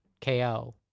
ko